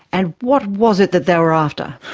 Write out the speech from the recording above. and what was it that they were after?